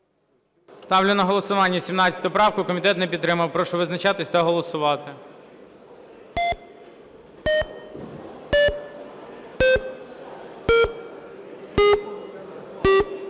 Ставлю на голосування 17 правку. Комітет не підтримав. Прошу визначатись та голосувати.